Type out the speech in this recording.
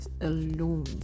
alone